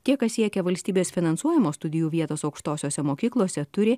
tie kas siekia valstybės finansuojamos studijų vietos aukštosiose mokyklose turi